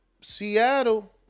Seattle